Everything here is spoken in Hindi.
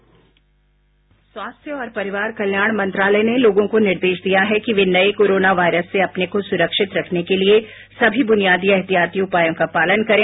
बाईट स्वास्थ्य और परिवार कल्याण मंत्रालय ने लोगों को निर्देश दिया है कि वे नये कोरोना वायरस से अपने को सुरक्षित रखने के लिए सभी बुनियादी एहतियाती उपायों का पालन करें